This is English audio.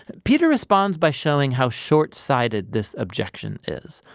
peter responds by showing how short-sighted this objection is.